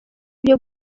byo